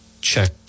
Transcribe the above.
check